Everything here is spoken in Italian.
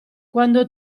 quando